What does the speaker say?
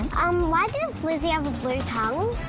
um, why does lizzy have a blue tongue?